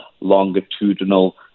longitudinal